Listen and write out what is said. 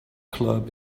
club